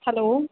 hello